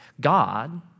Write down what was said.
God